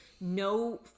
no